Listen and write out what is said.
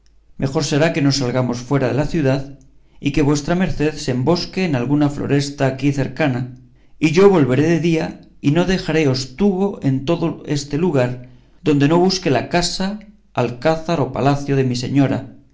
mejor será que nos salgamos fuera de la ciudad y que vuestra merced se embosque en alguna floresta aquí cercana y yo volveré de día y no dejaré ostugo en todo este lugar donde no busque la casa alcázar o palacio de mi señora